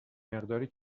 مقداری